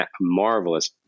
marvelous